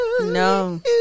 no